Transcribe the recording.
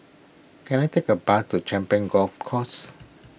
can I take a bus to Champions Golf Course